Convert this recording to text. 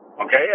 Okay